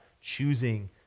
choosing